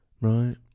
Right